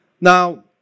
Now